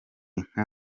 nka